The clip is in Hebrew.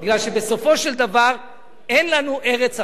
אין לנו ארץ אחרת.